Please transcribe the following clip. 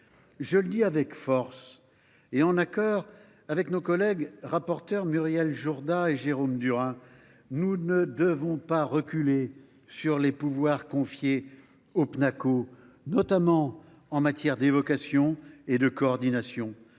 Je le dis avec force et en accord avec nos collègues rapporteurs, Muriel Jourda et Jérôme Durain : nous ne devons pas reculer sur les pouvoirs confiés au Pnaco, notamment en matière d’évocation et de coordination,